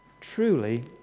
truly